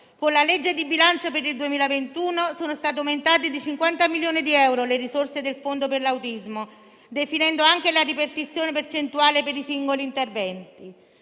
Con la legge di bilancio per il 2021 sono aumentate di 50 milioni di euro le risorse del fondo per l'autismo, definendo anche la ripartizione percentuale per i singoli interventi.